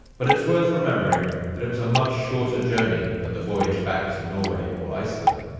but it's worth remembering that it was a much shorter journey than the voyage back to norway or iceland.